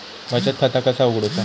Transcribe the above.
बचत खाता कसा उघडूचा?